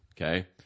okay